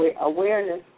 awareness